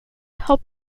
had